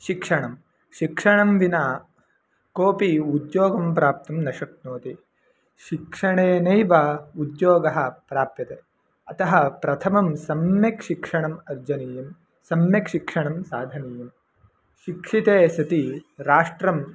शिक्षणं शिक्षणं विना कोपि उद्योगं प्राप्तुं न शक्नोति शिक्षणेनैव उद्योगः प्राप्यते अतः प्रथमं सम्यक् शिक्षणम् अर्जनीयं सम्यक् शिक्षणं साधनीयं शिक्षिते सति राष्ट्रं